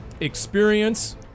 Experience